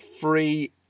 free